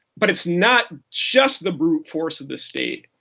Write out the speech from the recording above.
but it's not just the brute force of the state.